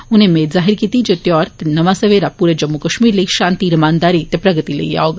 उनें मेद जाहिर कीती जे एह् त्यौहार ते नमां सबेरा पूरे जम्मू कश्मीर लेई शांति रमानदारी ते प्रगति लेईएं औग